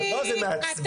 שיקלי --- לא, זה מעצבן.